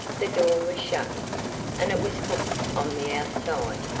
the door was shut and it was hooked on the outside.